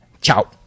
Ciao